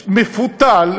מפותל,